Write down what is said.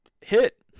hit